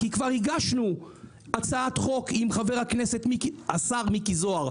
כי כבר הגשנו הצעת חוק עם השר מיקי זוהר,